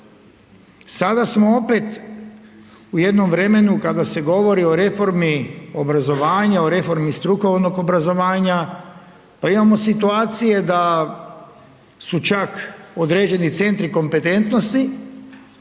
sada smo opet u jednom vremenu kad se govori o reformi obrazovanja o reformi strukovnog obrazovanja pa imamo situacije da su čak određeni centri kompetentnosti